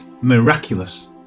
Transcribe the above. miraculous